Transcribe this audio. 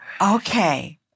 Okay